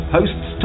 Hosts